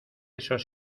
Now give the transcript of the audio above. esos